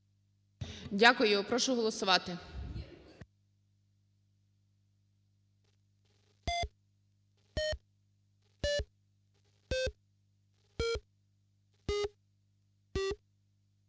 Дякую. Прошу голосувати.